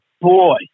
boy